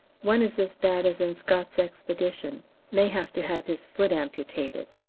one is as bad as in scott's expedition may have to have his foot amputated.